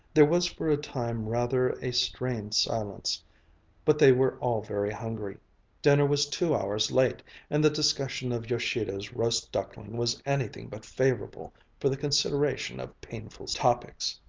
there was for a time rather a strained silence but they were all very hungry dinner was two hours late and the discussion of yoshido's roast duckling was anything but favorable for the consideration of painful topics.